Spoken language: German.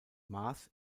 maß